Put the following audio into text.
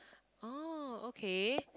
oh okay